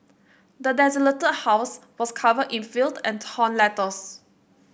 the desolated house was covered in filth and torn letters